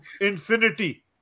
infinity